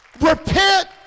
Repent